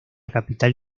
capital